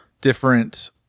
different